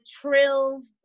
trills